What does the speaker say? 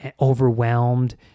overwhelmed